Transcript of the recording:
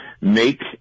make